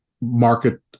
market